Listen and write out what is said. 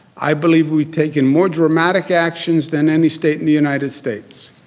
i believe we've taken more dramatic actions than any state in the united states.